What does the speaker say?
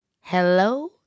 Hello